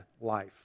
life